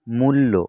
মূল্য